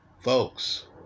folks